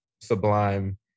sublime